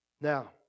Now